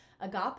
agape